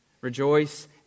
Rejoice